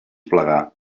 plegar